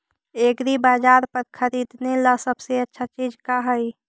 एग्रीबाजार पर खरीदने ला सबसे अच्छा चीज का हई?